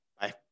bye